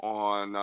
on